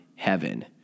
heaven